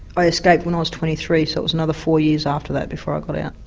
i escaped when i was twenty three so it was another four years after that before i got out.